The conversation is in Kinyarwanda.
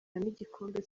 n’igikombe